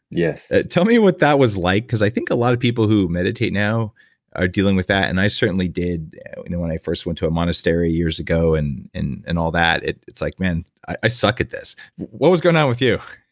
yeah tell me what that was like because i think a lot of people who meditate now are dealing with that and i certainly did when i first went to a monastery years ago and and and all that. it's like, man, i suck at this what was going on with you?